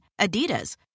Adidas